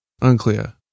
Unclear